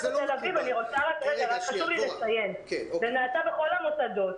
חשוב לי לציין שזה נעשה בכל המוסדות,